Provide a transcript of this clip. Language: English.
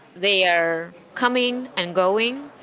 they are coming and going.